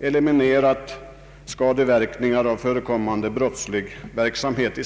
eliminerat skadeverkningar av i samhället förekommande brottslig verksamhet.